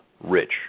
rich